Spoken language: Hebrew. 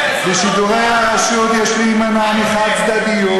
"בשידורי הרשות יש להימנע מחד-צדדיות,